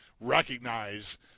recognize